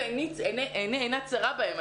ועיני אינה צרה בהם.